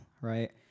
right